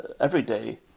everyday